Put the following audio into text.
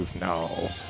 No